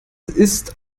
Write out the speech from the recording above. ist